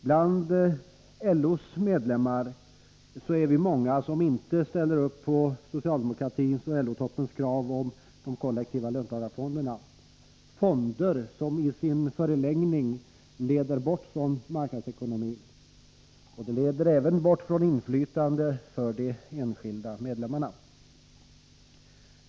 Bland LO:s medlemmar är vi många som inte ställer upp på socialdemokratins och LO-toppens krav på kollektiva löntagarfonder — fonder som i sin förlängning leder bort från marknadsekonomin. Och de leder även bort från inflytande för de enskilda medlemmarna.